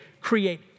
create